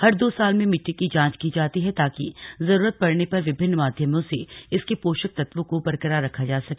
हर दो साल में मिट्टी की जांच की जाती है ताकि जरूरत पड़ने पर विभिन्न माध्यमों से इसके पोषक तत्वों को बरकरार रखा जा सके